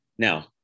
Now